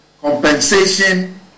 compensation